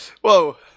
Whoa